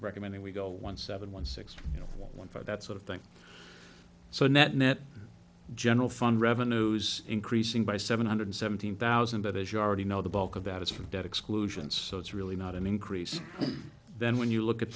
recommending we go one seven one six you know one for that sort of thing so net net general fund revenues increasing by seven hundred seventeen thousand but as you already know the bulk of that is from debt exclusions so it's really not an increase then when you look at